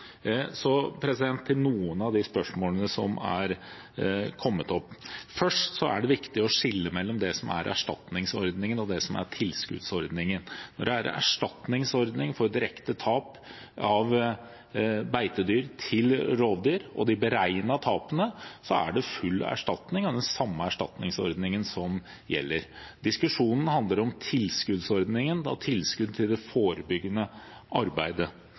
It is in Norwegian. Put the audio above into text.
Til noen av de spørsmålene som er kommet opp: For det første er det viktig å skille mellom det som er erstatningsordning, og det som er tilskuddsordning. Når det gjelder erstatningsordningen for direkte tap av beitedyr til rovdyr og de beregnede tapene, er det full erstatning, og det er den samme erstatningsordningen som gjelder. Diskusjonen handler om tilskuddsordningen og tilskudd til det forebyggende arbeidet.